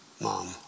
mom